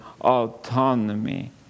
autonomy